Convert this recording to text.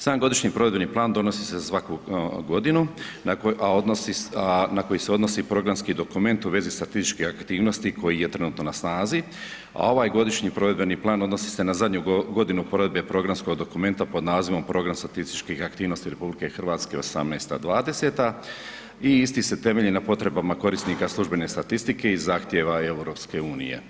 Sam Godišnji provedbeni plan donosi se svaki godinu, a na koji se odnosi programski dokument u vezi statističke aktivnosti koji je trenutno na snazi, a ovaj Godišnji provedbeni plan odnosi se na zadnju godinu provedbe programskog dokumenta pod nazivom Program statističkih aktivnosti RH 2018.-2020. i isti se temelji na potrebama korisnika službene statistike i zahtjeva EU.